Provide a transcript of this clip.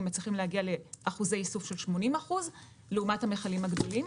מצליחים להגיע לאחוזי איסוף של 80% לעומת המכלים הגדולים.